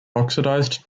oxidized